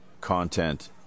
content